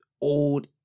old